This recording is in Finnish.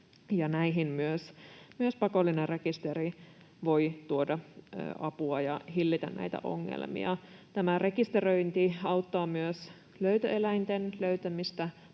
näihin pakollinen rekisteri voi tuoda apua ja hillitä näitä ongelmia. Tämä rekisteröinti auttaa myös löytöeläinten löytämistä